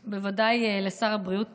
אז בוודאי לשר הבריאות